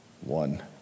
One